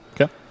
Okay